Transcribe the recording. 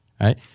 right